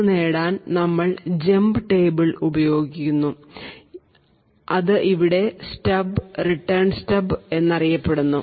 ഇത് നേടാൻ നമ്മൾ ജമ്പ് ടേബിൾ ചേർക്കുന്നു അത് ഇവിടെ സ്റ്റബ് റിട്ടേൺ സ്റ്റബ് എന്ന് അറിയപ്പെടുന്നു